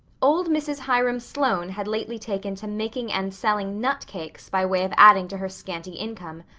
old mrs. hiram sloane had lately taken to making and selling nut cakes by way of adding to her scanty income.